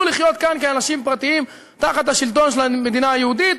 לחיות כאן כאנשים פרטיים תחת השלטון של המדינה היהודית,